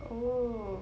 oh